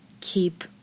keep